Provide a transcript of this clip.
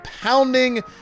pounding